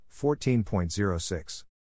14.06